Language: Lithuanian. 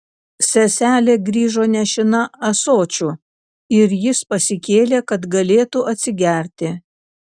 seselė grįžo nešina ąsočiu ir jis pasikėlė kad galėtų atsigerti